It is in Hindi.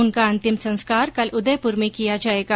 उनका अंतिम संस्कार कल उदयपुर में किया जायेगा